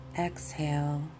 exhale